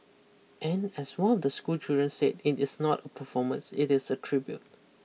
and as one of the schoolchildren said it is not a performance it is a tribute